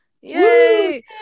Yay